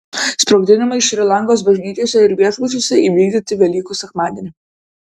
sprogdinimai šri lankos bažnyčiose ir viešbučiuose įvykdyti velykų sekmadienį